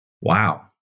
Wow